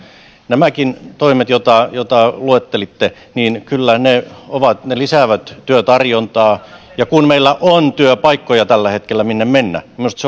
nämäkin toimet joita luettelitte kyllä lisäävät työtarjontaa ja kun meillä on työpaikkoja tällä hetkellä minne mennä minusta